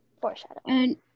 Foreshadowing